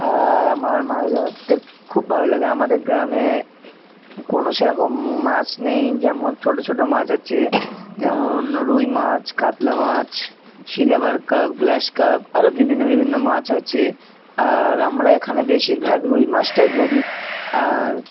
আর আমার মাছ ধরতে খুব ভালো লাগে আমাদের গ্রামে কোনো সেরকম মাছ নেই যেমন ছোটো ছোটো মাছ আছে যেমন রুই মাছ কাতলা মাছ সিলভার কার্প গ্লাস কার্প আরও বিভিন্ন বিভিন্ন মাছ আছে আর আমরা এখানে বেশিরভাগ রুই মাছটাই ধরি আর